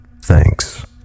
Thanks